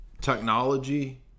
Technology